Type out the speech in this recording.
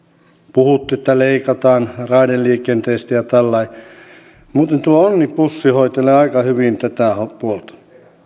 puhuttu että leikataan raideliikenteestä ja tällä lailla muuten tuo onnibussi hoitelee aika hyvin tätä puolta